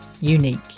unique